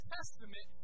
Testament